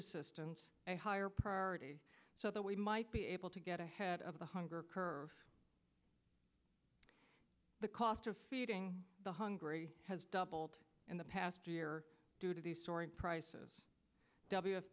assistance a higher priority so that we might be able to get ahead of the hunger curve the cost of feeding the hungry has doubled in the past year due to the soaring prices w